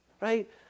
right